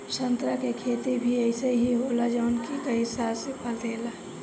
संतरा के खेती भी अइसे ही होला जवन के कई साल से फल देला